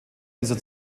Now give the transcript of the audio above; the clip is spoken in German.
dieser